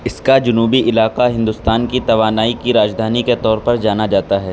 اس کا جنوبی علاقہ ہندوستان کی توانائی کی راجدھانی کے طور پر جانا جاتا ہے